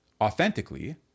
authentically